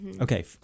okay